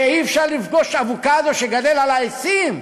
שאי-אפשר לפגוש אבוקדו שגדל על העצים,